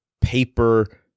paper